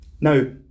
Now